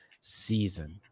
season